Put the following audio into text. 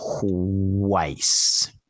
twice